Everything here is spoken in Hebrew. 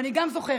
ואני גם זוכרת,